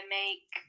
make